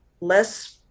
less